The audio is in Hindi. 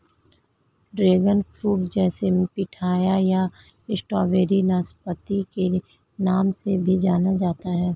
ड्रैगन फ्रूट जिसे पिठाया या स्ट्रॉबेरी नाशपाती के नाम से भी जाना जाता है